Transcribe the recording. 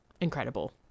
incredible